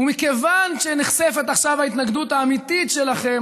ומכיוון שנחשפת עכשיו ההתנגדות האמיתית שלכם,